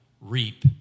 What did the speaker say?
reap